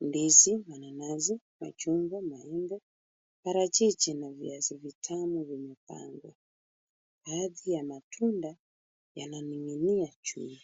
Ndizi na nanasi, machungwa, maembe, parachichi na viazi vitamu vimepangwa. Baadhi ya matunda yananing'inia juu.